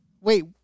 Wait